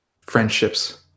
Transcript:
friendships